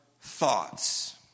thoughts